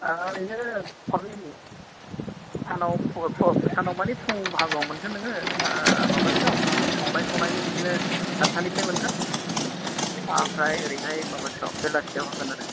ओरैनो खननै होयो सानाव फुङाव सानाव मानि फुं बाहागोआव मोनगोन नोङो माबासोआव संनाय खावनायनि बिदिनो छाटतानिफ्राय मोनगोन आमफ्राय ओरैहाय माबासोआव बेलासियाव होगोन आरो